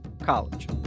college